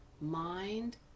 mind